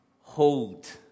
hold